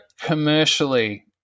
commercially